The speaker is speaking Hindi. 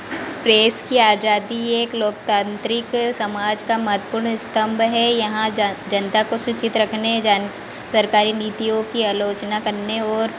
प्रेस की आज़ादी एक लोकतांत्रिक समाज का महतपूर्ण स्तम्भ है यहाँ जनता को सूचित रखने जन सरकारी नीतियों की अलोचना करने और